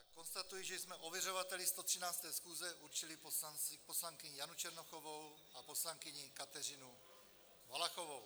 Konstatuji, že jsme ověřovateli 113. schůze určili poslankyni Janu Černochovou a poslankyni Kateřinu Valachovou.